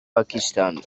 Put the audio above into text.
pakistán